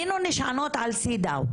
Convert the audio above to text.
היינו נשענות על "סידאו"